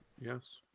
Yes